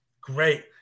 great